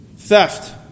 Theft